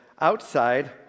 outside